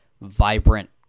vibrant